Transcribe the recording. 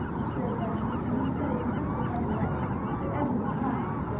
said bunny, and he said it in such a funny way that everyone laughed